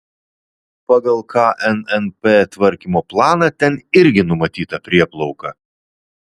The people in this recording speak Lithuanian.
pagal knnp tvarkymo planą ten irgi numatyta prieplauka